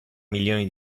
milioni